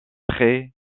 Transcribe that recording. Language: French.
traits